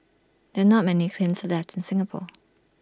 there are not many kilns left in Singapore